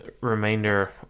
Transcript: remainder